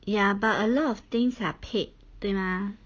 ya but a lot of things are paid 对吗